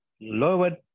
lowered